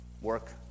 work